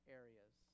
areas